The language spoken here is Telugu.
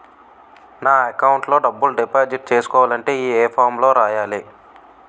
నా అకౌంట్ లో డబ్బులు డిపాజిట్ చేసుకోవాలంటే ఏ ఫామ్ లో రాయాలి?